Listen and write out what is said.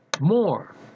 more